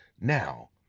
now